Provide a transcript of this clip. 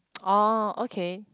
oh okay